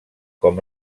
com